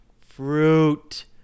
fruit